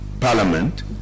parliament